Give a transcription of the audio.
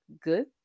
good